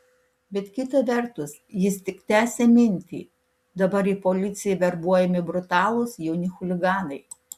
bet kita vertus jis tik tęsė mintį dabar į policiją verbuojami brutalūs jauni chuliganai